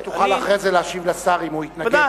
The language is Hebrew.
אתה תוכל אחרי זה להשיב לשר, אם הוא יתנגד.